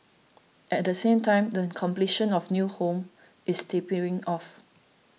at the same time the completion of new homes is tapering off